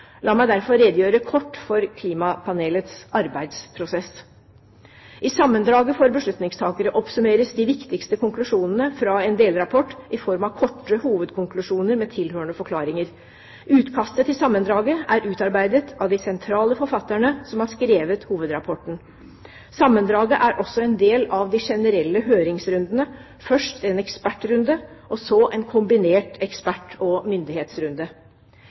La meg derfor redegjøre kort for klimapanelets arbeidsprosess. I sammendraget for beslutningstakere oppsummeres de viktigste konklusjonene fra en delrapport i form av korte hovedkonklusjoner med tilhørende forklaringer. Utkastet til sammendraget er utarbeidet av de sentrale forfatterne som har skrevet hovedrapporten. Sammendraget er også en del av de generelle høringsrundene, først en ekspertrunde og så en kombinert ekspert- og myndighetsrunde.